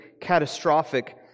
catastrophic